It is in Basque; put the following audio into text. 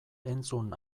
entzun